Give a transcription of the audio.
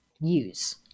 use